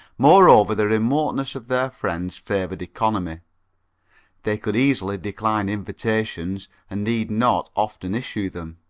moreover, the remoteness of their friends favoured economy they could easily decline invitations, and need not often issue them.